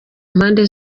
mpande